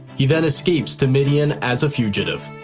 he then escapes to midian as a fugitive.